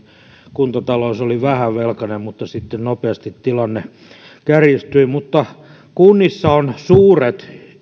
kuntatalous oli vähävelkainen mutta sitten nopeasti tilanne kärjistyi kunnissa on suuret